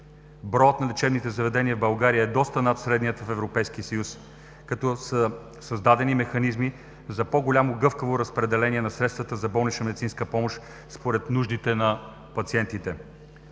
Броят на лечебните заведения в България е доста над средния в Европейския съюз. Създадени са механизми за по-голямо гъвкаво разпределение на средствата за болнична медицинска помощ според нуждите на пациентите.